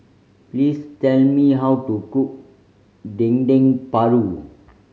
please tell me how to cook Dendeng Paru